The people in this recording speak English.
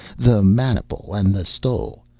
the maniple and the stole.